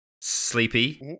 Sleepy